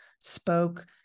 spoke